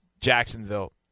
Jacksonville